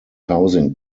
housing